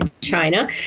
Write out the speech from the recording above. China